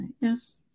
Yes